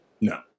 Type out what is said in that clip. No